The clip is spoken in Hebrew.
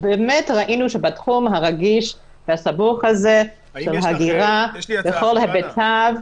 באמת ראינו שבתחום הרגיש והסבוך הזה של הגירה על כל היבטיה,